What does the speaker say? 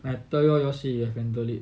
I tell y'all y'all say can handle it